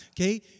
Okay